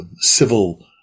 civil